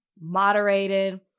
moderated